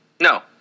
No